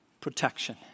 protection